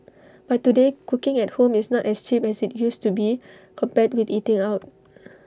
but today cooking at home is not as cheap as IT used to be compared with eating out